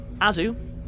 Azu